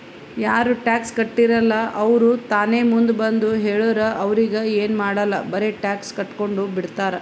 ಯಾರು ಟ್ಯಾಕ್ಸ್ ಕಟ್ಟಿರಲ್ಲ ಅವ್ರು ತಾನೇ ಮುಂದ್ ಬಂದು ಹೇಳುರ್ ಅವ್ರಿಗ ಎನ್ ಮಾಡಾಲ್ ಬರೆ ಟ್ಯಾಕ್ಸ್ ಕಟ್ಗೊಂಡು ಬಿಡ್ತಾರ್